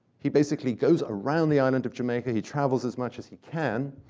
he basically goes around the island of jamaica. he travels as much as he can,